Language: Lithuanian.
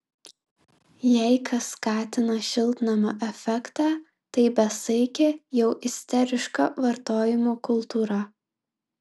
jei kas skatina šiltnamio efektą tai besaikė jau isteriška vartojimo kultūra